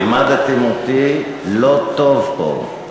לימדתם אותי לא טוב פה.